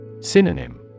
Synonym